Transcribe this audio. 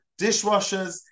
dishwashers